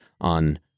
on